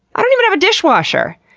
i don't even have a dishwasher!